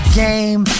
game